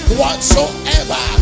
whatsoever